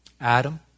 Adam